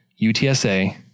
utsa